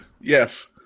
Yes